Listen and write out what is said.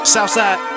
Southside